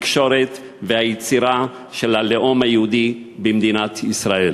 התקשורת והיצירה של הלאום היהודי במדינת ישראל.